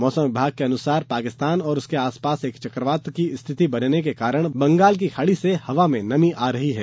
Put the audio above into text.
मौसम विभाग के अनुसार पाकिस्तान और उसके आसपास एक चकवात की स्थिति बनने के कारण बंगाल की खाड़ी से हवा में नमी आ रही है